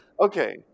Okay